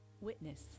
witness